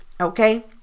okay